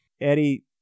Eddie